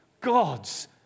God's